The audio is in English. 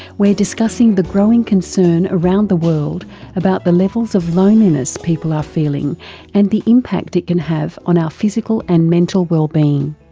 we're discussing the growing concern around the world about the levels of loneliness people are feeling and the impact it can have on our physical and mental wellbeing.